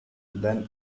than